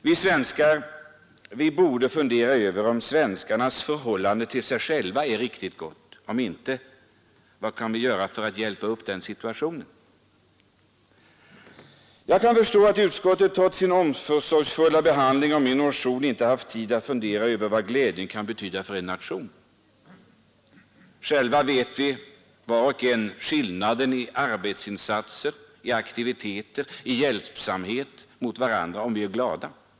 Vi svenskar borde fundera över om svenskarnas förhållande till sig själva är riktigt gott. Om inte — vad kan vi göra för att hjälpa upp situationen? Jag kan förstå att utskottet trots sin omsorgsfulla behandling av min motion inte har haft tid att fundera över vad glädje kan betyda för en nation. Själva vet vi var och en skillnaden i arbetsinsatser, aktivitet och hjälpsamhet om vi är glada.